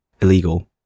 illegal